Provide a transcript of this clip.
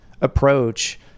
approach